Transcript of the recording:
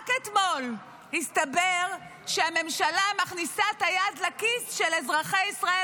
רק אתמול הסתבר שהממשלה מכניסה את היד לכיס של אזרחי ישראל,